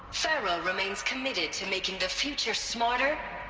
faro remains committed to making the future smarter.